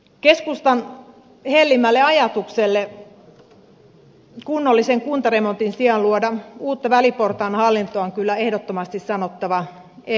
keskustan hellimälle ajatukselle kunnollisen kuntaremontin sijaan luoda uutta väliportaan hallintoa on kyllä ehdottomasti sanottava ei